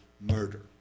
murder